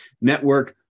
Network